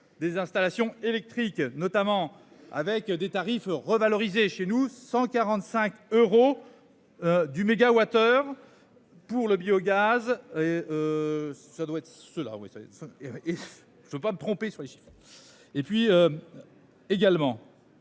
des installations électriques notamment avec des tarifs revalorisés chez nous 145 euros. Du MWh pour le biogaz. Ça doit être cela. Oui ça. Je ne veux pas me tromper sur les. Et puis. Également.--